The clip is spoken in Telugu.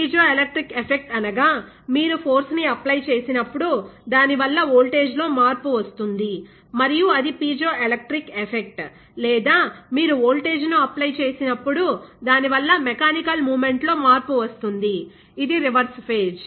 పిజోఎలెక్ట్రిక్ ఎఫెక్ట్ అనగా మీరు ఫోర్స్ ని అప్లై చేసినప్పుడు దానివల్ల వోల్టేజ్ లో మార్పు వస్తుంది మరియు అది పిజోఎలెక్ట్రిక్ ఎఫెక్ట్ లేదా మీరు వోల్టేజ్ ను అప్లై చేసినప్పుడు దానివల్ల మెకానికల్ మూమెంట్ లో మార్పు వస్తుంది ఇది రివర్స్ ఫేజ్